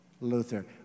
Luther